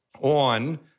on